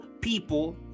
people